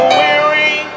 weary